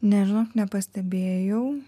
ne žinok nepastebėjau